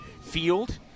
field